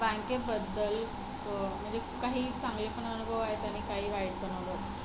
बँकेबद्दल म्हणजे काही चांगले पण अनुभव आहेत आणि काही वाईट पण अनुभव